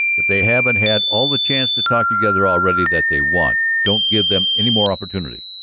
if they haven't had all the chance to talk together already that they want, don't give them any more opportunity.